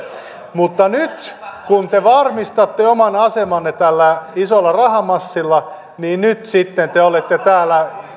mutta nyt kun te varmistatte oman asemanne tällä isolla rahamassilla niin sitten te te olette täällä